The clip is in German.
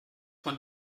von